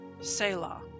Selah